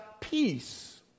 peace